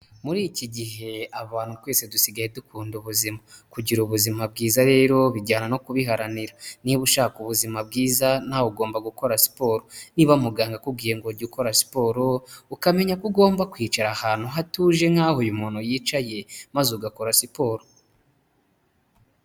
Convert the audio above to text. Muri iki gihe abantu twese dusigaye dukunda ubuzima, kugira ubuzima bwiza rero bijyana no kubiharanira, niba ushaka ubuzima bwiza na we ugomba gukora siporo, niba muganga akubwiye ngo jya ukora siporo ukamenya ko ugomba kwicara ahantu hatuje nk'aho uyu muntu yicaye maze ugakora siporo.